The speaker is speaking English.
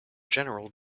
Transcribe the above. general